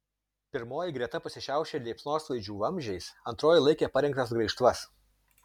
pirmoji greta pasišiaušė liepsnosvaidžių vamzdžiais antroji laikė parengtas graižtvas